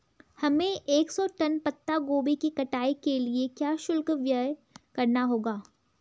हमें एक सौ टन पत्ता गोभी की कटाई के लिए क्या शुल्क व्यय करना होगा?